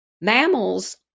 mammals